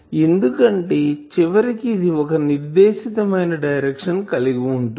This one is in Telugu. ఎందుకంటే చివరికి ఇది ఒక నిర్దేశితమైన డైరెక్షన్ కలిగి ఉంటుంది